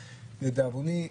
לדאבוני,